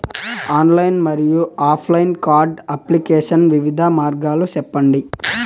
Online మరియు offline card application వివిధ మార్గాలు సెప్పండి?